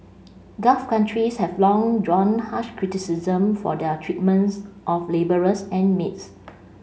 gulf countries have long drawn harsh criticism for their treatments of labourers and maids